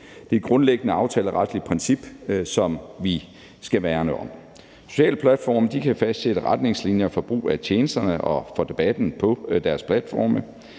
Det er et grundlæggende aftaleretligt princip, som vi skal værne om. Private platforme kan fastsætte retningslinjer for brug af tjenesterne og for debatten på deres platforme,